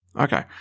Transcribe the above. Okay